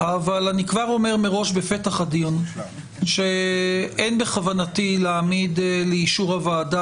אבל אני כבר אומר מראש בפתח הדיון שאין בכוונתי להעמיד לאישור הוועדה